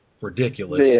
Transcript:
ridiculous